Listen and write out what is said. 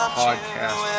podcast